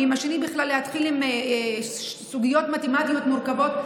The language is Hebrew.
ועם השני בכלל להתחיל עם סוגיות מתמטיות מורכבות,